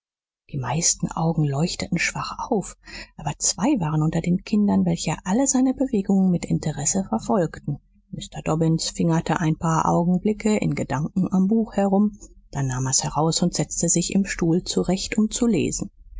die meisten augen leuchteten schwach auf aber zwei waren unter den kindern welche alle seine bewegungen mit interesse verfolgten mr dobbins fingerte ein paar augenblicke in gedanken am buche herum dann nahm er's heraus und setzte sich im stuhl zurecht um zu lesen